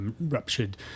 Ruptured